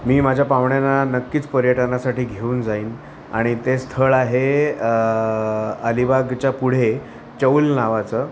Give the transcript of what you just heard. मी माझ्या पाहुण्यांना नक्कीच पर्यटनासाठी घेऊन जाईन आणि ते स्थळ आहे अलिबागच्या पुढे चौल नावाचं